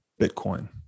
Bitcoin